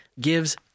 gives